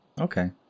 Okay